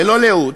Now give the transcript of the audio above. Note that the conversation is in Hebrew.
ללא לאות,